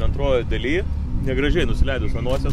antroj daly negražiai nusileidus an nosies